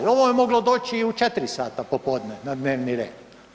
Ovo je moglo doći i u 4 sata popodne na dnevni red.